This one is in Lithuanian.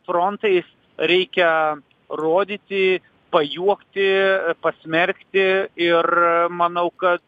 frontais reikia rodyti pajuokti pasmerkti ir manau kad